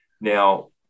now